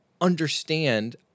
understand